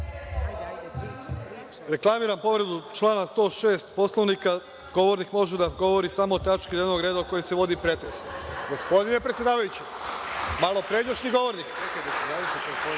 povredu člana 106. Poslovnika – govornik može da govori samo o tački dnevnog reda o kojoj se vodi pretres. Gospodine predsedavajući, malopređašnji govornik